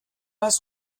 hast